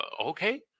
okay